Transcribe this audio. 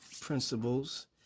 Principles